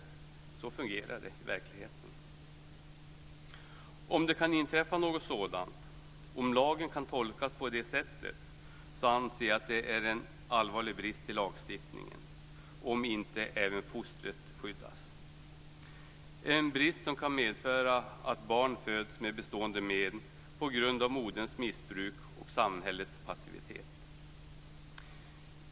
Så fungerar det i verkligheten. Om det kan inträffa något sådant, om lagen kan tolkas på det sättet att inte även fostret skyddas, anser jag att det är en allvarlig brist i lagstiftningen, en brist som kan medföra att barn föds med bestående men på grund av moderns missbruk och samhällets passivitet.